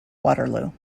waterloo